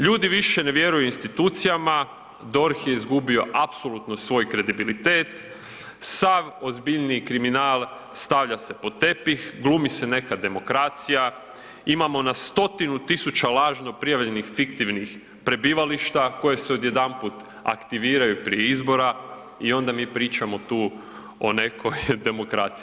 Ljudi više ne vjeruju institucijama, DORH je izgubio apsolutno svoj kredibilitet, sav ozbiljniji kriminal stavlja se pod tepih, glumi se neka demokracija, imamo na 100-tinu tisuća lažno prijavljenih fiktivnih prebivališta koja se odjedanput aktiviraju prije izbora i onda mi pričamo tu o nekoj demokraciji.